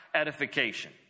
edification